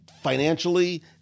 financially